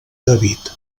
david